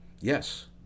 Yes